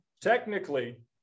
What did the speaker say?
Technically